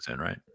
right